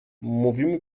mówimy